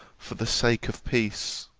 for the sake of peace.